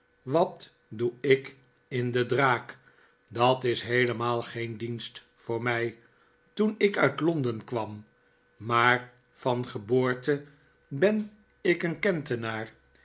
wat doe ik in de draak dat is heelemaal geen dienst voor mij toen ik uit londen kwam